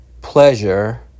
pleasure